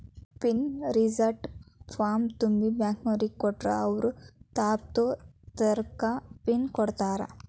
pin reset ಫಾರ್ಮ್ನ ತುಂಬಿ ಬ್ಯಾಂಕ್ನೋರಿಗ್ ಕೊಟ್ರ ಅವ್ರು ತಾತ್ಪೂರ್ತೆಕ ಪಿನ್ ಕೊಡ್ತಾರಾ